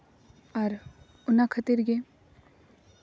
ᱟᱨ ᱚᱱᱟ ᱠᱷᱟᱹᱛᱤᱨ ᱜᱮ